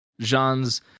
Jean's